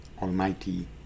almighty